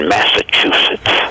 Massachusetts